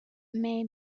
may